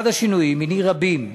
אחד השינויים, מני רבים,